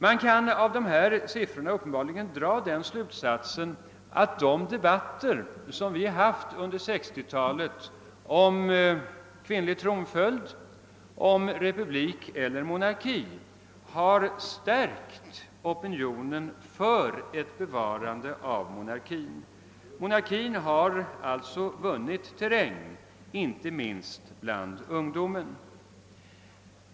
Man kan av dessa siffror uppenbarligen dra den slutsatsen att de debatter som vi har haft under 1960-talet om kvinnlig tronföljd, om republik eller monarki har stärkt opinionen för ett bevarande av monarkin. Monarkin har alltså vunnit terräng, inte minst bland ungdomen.